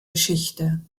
geschichte